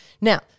Now